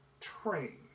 train